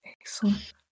Excellent